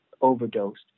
overdosed